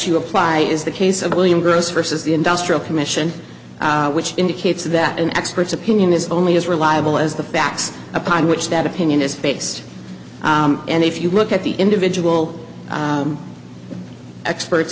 you apply is the case of william gross first is the industrial commission which indicates that an expert's opinion is only as reliable as the facts upon which that opinion is based and if you look at the individual experts